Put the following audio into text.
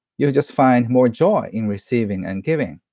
you just find more joy in receiving and giving.